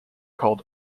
called